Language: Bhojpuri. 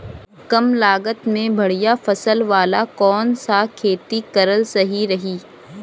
कमलागत मे बढ़िया फसल वाला कौन सा खेती करल सही रही?